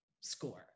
score